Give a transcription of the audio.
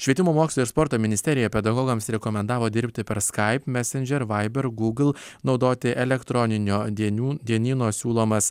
švietimo mokslo ir sporto ministerija pedagogams rekomendavo dirbti per skype messenger viber google naudoti elektroninio dienių dienyno siūlomas